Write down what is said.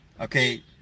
okay